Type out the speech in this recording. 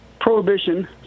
Prohibition